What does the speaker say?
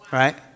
right